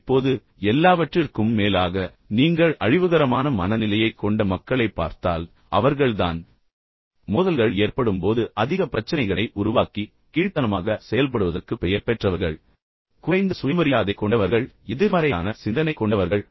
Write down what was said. இப்போது எல்லாவற்றிற்கும் மேலாக நீங்கள் அழிவுகரமான மனநிலையை கொண்ட மக்களை பார்த்தால் அவர்கள் தான் மோதல்கள் ஏற்படும் போது அதிக பிரச்சனைகளை உருவாக்க முயற்சிப்பவர்கள் மிகவும் குறைவாக செயல்படுவதற்கு பெயர் பெற்றவர்கள் குறைந்த சுயமரியாதை கொண்டவர்கள் எதிர்மறையான சிந்தனை கொண்டவர்கள்